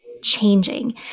changing